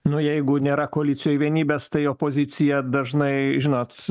nu jeigu nėra koalicijoj vienybės tai opozicija dažnai žinot